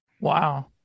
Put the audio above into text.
wow